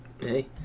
hey